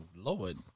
Lord